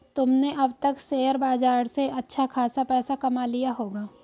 तुमने अब तक शेयर बाजार से अच्छा खासा पैसा कमा लिया होगा